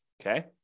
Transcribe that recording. Okay